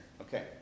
Okay